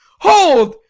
hold!